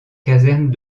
caserne